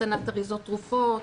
הקטנת אריזות תרופות,